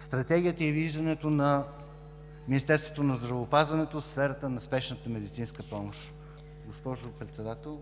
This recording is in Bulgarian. Стратегията и виждането на Министерството на здравеопазването в сферата на спешната медицинска помощ. Госпожо Председател,